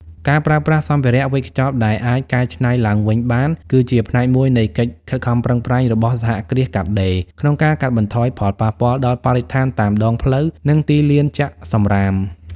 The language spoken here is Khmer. ការប្រើប្រាស់សម្ភារៈវេចខ្ចប់ដែលអាចកែច្នៃឡើងវិញបាន គឺជាផ្នែកមួយនៃកិច្ចខិតខំប្រឹងប្រែងរបស់សហគ្រាសកាត់ដេរ ក្នុងការកាត់បន្ថយផលប៉ះពាល់ដល់បរិស្ថានតាមដងផ្លូវ និងទីលានចាក់សំរាម។